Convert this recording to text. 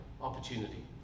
opportunity